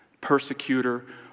persecutor